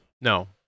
No